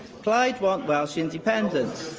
plaid want welsh independence